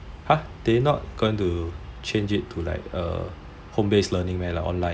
!huh! they not going to change it to like home based learning meh like online